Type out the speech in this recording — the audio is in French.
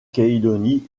calédonie